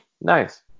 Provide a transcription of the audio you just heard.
Nice